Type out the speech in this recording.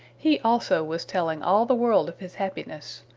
he also was telling all the world of his happiness.